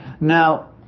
Now